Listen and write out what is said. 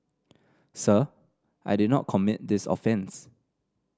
sir I did not commit this offence